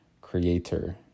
creator